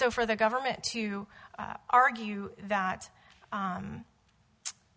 so for the government to argue that